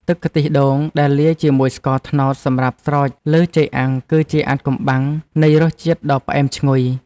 ទឹកខ្ទិះដូងដែលលាយជាមួយស្ករត្នោតសម្រាប់ស្រោចលើចេកអាំងគឺជាអាថ៌កំបាំងនៃរសជាតិដ៏ផ្អែមឈ្ងុយ។